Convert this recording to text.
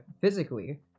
physically